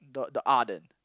the the